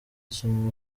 ikintu